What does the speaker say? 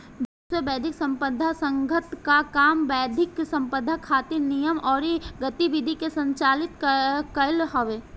विश्व बौद्धिक संपदा संगठन कअ काम बौद्धिक संपदा खातिर नियम अउरी गतिविधि के संचालित कईल हवे